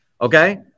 Okay